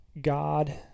God